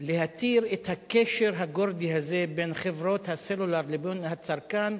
להתיר את הקשר הגורדי הזה בין חברות הסלולר לבין הצרכן,